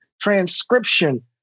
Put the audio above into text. transcription